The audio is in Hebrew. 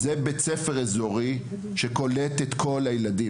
שזה בית ספר אזורי שקולט את כל הילדים,